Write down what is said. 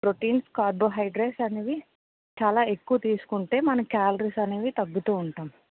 proteins carbohydrates అనేవి చాలా ఎక్కువ తీసుకుంటే మనం కాలరీస్ అనేవి తగ్గుతు ఉంటాము